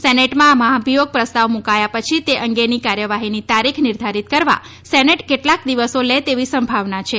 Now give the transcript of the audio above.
સેનેટમાં મહાભિયોગ પ્રસ્તાવ મૂકાયા પછી તે અંગેની કાર્યવાહીની તારીખ નિર્ધારીત કરવા સેનેટ કેટલાક દિવસો લે તેવી સંભાવના છે